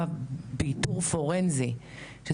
אם זה